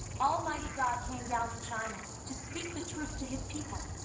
almighty god came down to china to speak the truth to his people.